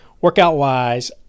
Workout-wise